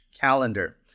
calendar